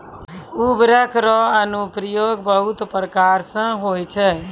उर्वरक रो अनुप्रयोग बहुत प्रकार से होय छै